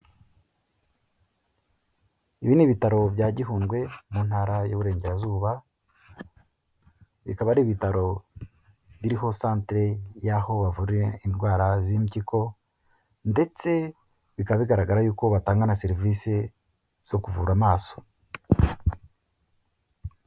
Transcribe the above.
Ibi ni ibitaro bya Gihundwe mu ntara y'uburengerazuba, bikaba ari ibitaro biriho santire y'aho bavurira indwara z'impyiko ndetse bikaba bigaragara yuko batanga na serivisi zo kuvura amaso.